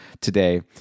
today